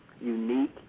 unique